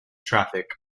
traffic